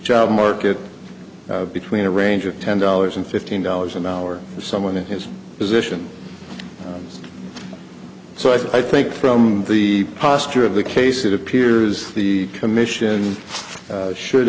job market between a range of ten dollars and fifteen dollars an hour for someone in his position so i think from the posture of the case it appears the commission should